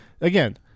again